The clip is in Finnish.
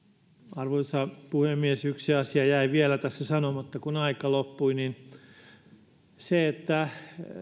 arvoisa puhemies yksi asia jäi vielä tässä sanomatta kun aika loppui se että